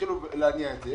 ולהתחיל להניע את זה.